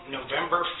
November